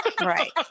Right